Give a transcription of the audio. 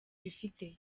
bifite